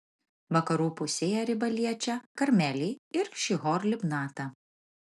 vakarų pusėje riba liečia karmelį ir šihor libnatą